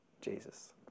Jesus